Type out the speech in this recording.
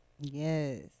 Yes